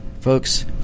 folks